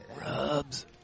Rubs